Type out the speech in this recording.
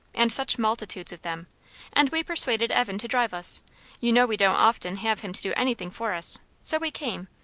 and such multitudes of them and we persuaded evan to drive us you know we don't often have him to do anything for us so we came,